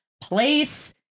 place